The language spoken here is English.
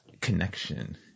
Connection